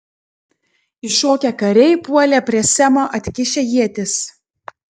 iššokę kariai puolė prie semo atkišę ietis